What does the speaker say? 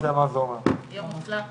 נבקש מעו"ד